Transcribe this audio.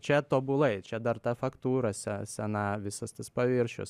čia tobulai čia dar ta faktūra se sena visas tas paviršius